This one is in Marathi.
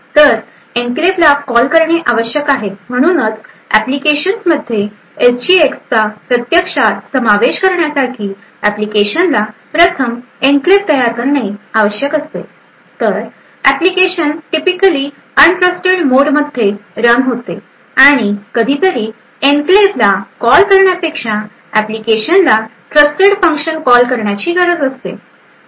तर एन्क्लेव्हला कॉल करणे आवश्यक आहे म्हणूनच एप्लीकेशन्समध्ये एसजीएक्सचा प्रत्यक्षात समावेश करण्यासाठी ऍप्लिकेशनला प्रथम एन्क्लेव्ह तयार करणे आवश्यक असतेतर एप्लीकेशन टिपिकली अन्ट्रस्टेड मोडमध्ये रन होते आणि कधीतरी एन्क्लेव्हला कॉल करण्यापेक्षा एप्लीकेशनला ट्रस्टेड फंक्शन कॉल करण्याची गरज असते